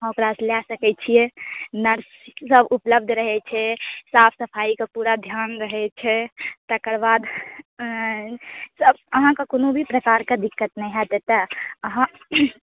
अहाँ ओकरा सॅं लए सकै छियै नर्स सब उपलब्ध रहै छै साफ सफाइ के पूरा ध्यान रहै छै तकरबाद अहाँके कोनो भी प्रकार के दिकक्त नहि होयत एतय अहाँ